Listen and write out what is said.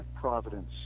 providence